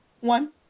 one